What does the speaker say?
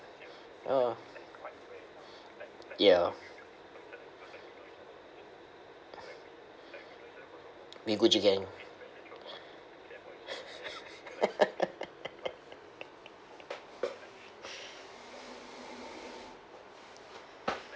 ah ya we gucci gang